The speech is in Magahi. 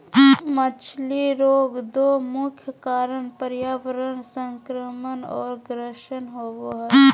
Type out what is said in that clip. मछली रोग दो मुख्य कारण पर्यावरण संक्रमण और ग्रसन होबे हइ